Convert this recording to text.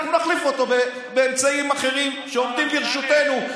אנחנו נחליף אותו באמצעים אחרים שעומדים לרשותנו,